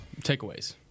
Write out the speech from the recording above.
Takeaways